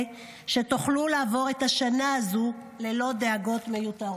שתוכלו לעבור את השנה הזו ללא דאגות מיותרות.